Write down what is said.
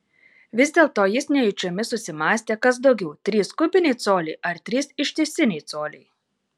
vis dėlto jis nejučiomis susimąstė kas daugiau trys kubiniai coliai ar trys ištisiniai coliai